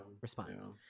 response